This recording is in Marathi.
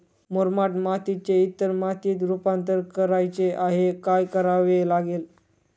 मुरमाड मातीचे इतर मातीत रुपांतर करायचे आहे, काय करावे लागेल?